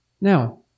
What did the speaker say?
Now